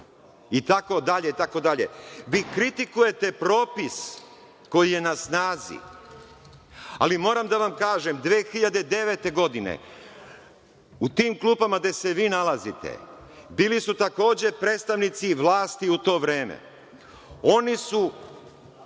i itd, itd. Vi kritikujete propis koji je na snazi. Ali, moram da vam kažem 2009. godine, u tim klupama gde se vi nalazite bili su takođe predstavnici vlasti u to vreme, oni su